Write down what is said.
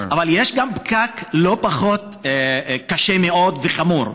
אבל יש גם פקק לא פחות קשה ומאוד חמור,